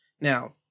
Now